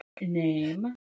name